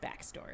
backstory